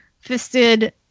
fisted